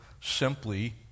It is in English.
simply